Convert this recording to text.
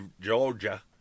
Georgia